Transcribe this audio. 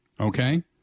okay